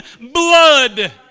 blood